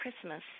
Christmas